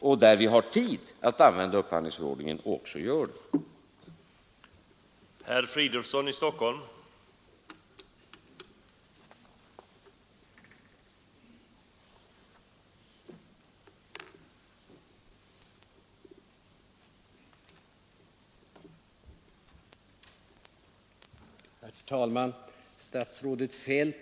Där har vi tid att använda upphandlingsförordningen, och vi gör det också.